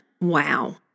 Wow